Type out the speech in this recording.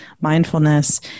Mindfulness